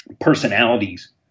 personalities